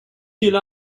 viele